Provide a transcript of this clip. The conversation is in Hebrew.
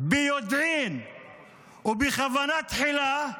ביודעין ובכוונה תחילה,